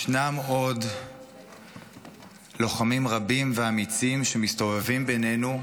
ישנם עוד לוחמים רבים ואמיצים שמסתובבים בינינו,